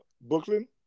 Brooklyn